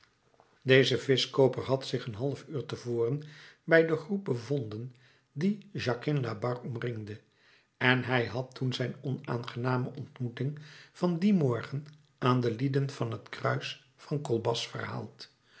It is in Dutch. deze vischkooper had zich een half uur te voren bij de groep bevonden die jacquin labarre omringde en hij had toen zijn onaangename ontmoeting van dien morgen aan de lieden van het kruis van colbas verhaald